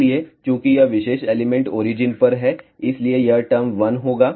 इसलिए चूंकि यह विशेष एलिमेंट ओरिजिन पर है इसलिए यह टर्म 1 होगा